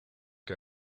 que